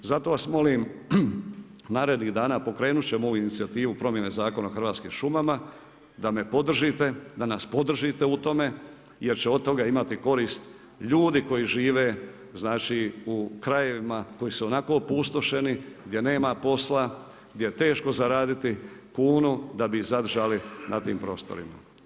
Zato vas molim narednih dana, pokrenut ćemo ovu inicijativu promjene zakona o hrvatskim šumama da me podržite, da nas podržite u tome jer će od toga imati korist ljudi koji žive u krajevima koji su ionako opustošeni, gdje nema posla, gdje je teško zaraditi kunu da bi ih zadržali na tim prostorima.